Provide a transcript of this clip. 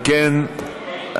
אם כן,